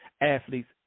athletes